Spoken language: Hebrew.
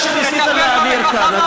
שניסית להעביר כאן.